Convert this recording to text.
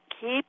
keep